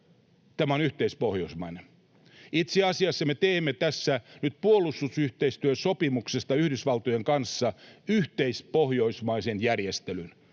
tämä on yhteispohjoismainen. Itse asiassa me teemme tässä nyt puolustusyhteistyösopimuksesta Yhdysvaltojen kanssa yhteispohjoismaisen järjestelyn.